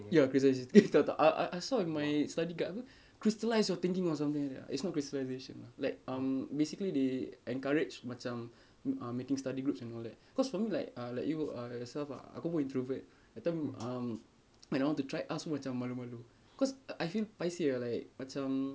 ya crystal~ eh tak tak I I saw in my study guide apa crystallise your thinking or something like it's not crystallisation uh like um basically they encourage macam um making study groups and all that cause for me like uh like you err yourself ah aku pun introvert that time um when I want to try ask macam malu-malu cause I feel paiseh ah like macam